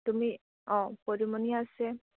তুমি অঁ পদুমণি আছে